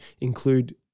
include